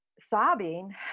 sobbing